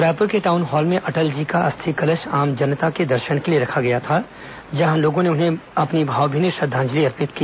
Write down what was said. रायपुर के town hall में अटल जी का अस्थि कलश आम जनता के दर्शन के लिए रखा गया था जहां लोगों ने उन्हें अपनी भावभीनी श्रद्दांजलि अर्पित की